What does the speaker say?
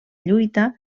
lluita